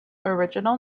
original